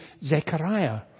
Zechariah